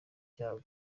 icyago